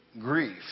grief